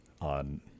on